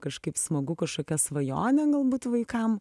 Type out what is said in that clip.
kažkaip smagu kažkokią svajonę galbūt vaikam